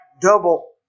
double